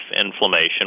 inflammation